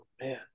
man